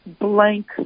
blank